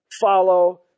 follow